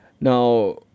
Now